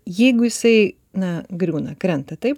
jeigu jisai na griūna krenta taip